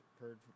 heard